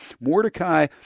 Mordecai